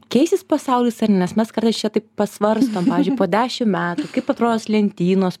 keisis pasaulis ar nes mes kartais čia taip pasvarstom pavyzdžiui po dešimt metų kaip atrodos lentynos